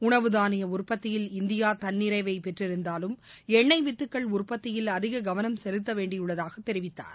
உணவு தானிய உற்பத்தியில் இந்தியா தன்னிறைவை பெற்றிருந்தாலும் எண்ணெய் வித்துக்கள் உற்பத்தியில் அதிக கவனம் செலுத்த வேண்டியுள்ளதாகத் தெரிவித்தார்